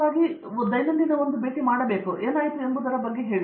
ಅರಂದಾಮ ಸಿಂಗ್ ಆಕಸ್ಮಿಕವಾಗಿ ಇದು ದೈನಂದಿನ ಒಂದು ಭೇಟಿ ಮಾಡಬೇಕು ಏನಾಯಿತು ಎಂಬುದರ ಬಗ್ಗೆ ಹೇಳಿ